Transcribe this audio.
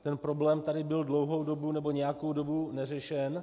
Ten problém tady byl dlouhou dobu, nebo nějakou dobu neřešen.